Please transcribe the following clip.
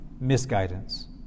misguidance